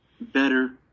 better